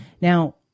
Now